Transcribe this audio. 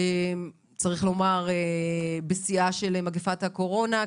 צריך לומר בשיאה של מגפת הקורונה,